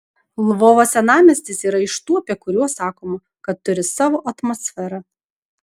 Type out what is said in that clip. lvovo senamiestis yra iš tų apie kuriuos sakoma kad turi savo atmosferą